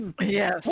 Yes